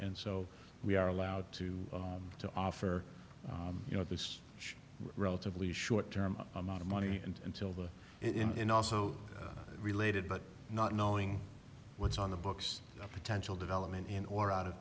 and so we are allowed to to offer you know this relatively short term amount of money and until the in also related but not knowing what's on the books a potential development in or out of